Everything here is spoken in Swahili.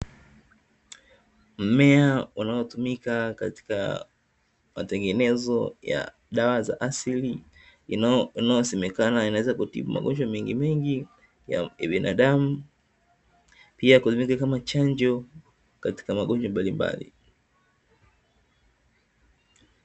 Mmea unaotumika katika matengenezo ya dawa za asili, inayosemekana inaweza kutibu magonjwa mengimengi ya kibinadamu, pia kutumika kama chanjo katika magonjwa mbalimbali.